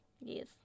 Yes